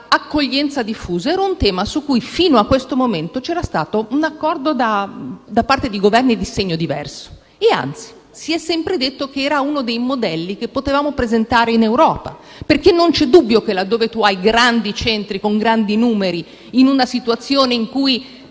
dell'accoglienza diffusa era un tema su cui fino a questo momento c'era stato un accordo da parte di Governi di segno diverso. Anzi, si è sempre detto che era uno dei modelli che potevamo presentare in Europa. Non c'è dubbio, infatti, che, laddove vi siano grandi centri con grandi numeri, in una situazione in cui